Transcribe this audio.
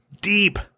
deep